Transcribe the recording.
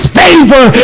favor